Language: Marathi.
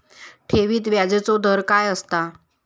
ठेवीत व्याजचो दर काय असता?